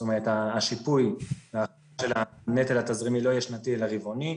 זאת אומרת השיפוי של הנטל התזרימי לא יהיה שנתי אלא רבעוני.